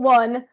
one